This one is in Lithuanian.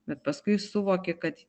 bet paskui suvoki kad